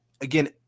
again